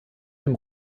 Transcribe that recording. dem